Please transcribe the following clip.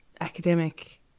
academic